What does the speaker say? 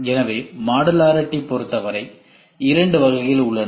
எனவே மாடுலரிட்டியைப் பொருத்தவரை இரண்டு வகைகள் உள்ளன